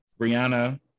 brianna